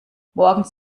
morgens